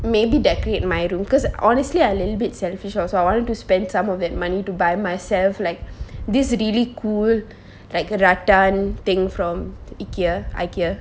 maybe decorate my room because honestly I little bit selfish also I want to spend some of that money to buy myself like this really cool like rattan thing from ikea ikea